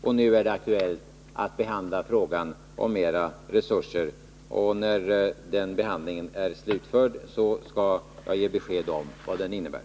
Och nu är det aktuellt att behandla frågan om större resurser. När den behandlingen är slutförd, skall jag ge besked om resultatet av denna.